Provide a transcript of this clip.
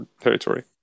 territory